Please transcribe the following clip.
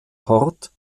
hort